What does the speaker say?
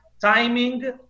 timing